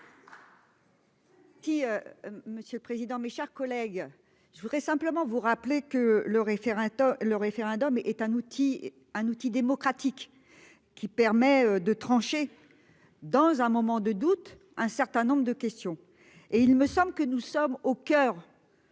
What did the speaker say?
Si. Monsieur le président, mes chers collègues, je voudrais simplement vous rappeler que le référendum, le référendum est un outil, un outil démocratique qui permet de trancher. Dans un moment de doute un certain nombre de questions et il me semble que nous sommes au coeur.